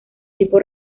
tipo